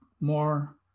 more